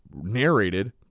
narrated